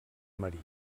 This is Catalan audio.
marí